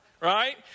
right